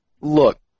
look